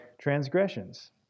transgressions